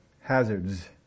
Hazards